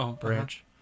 branch